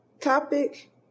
topic